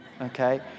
okay